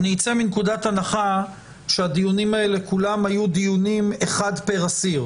אני אצא מנקודת הנחה שהדיונים האלה כולם היו דיונים אחד פר אסיר.